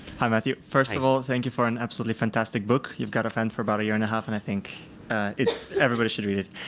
hi, matthew. first of all, thank you for an absolutely fantastic book you've got a fan for about a year and a half. and i think everybody should read it.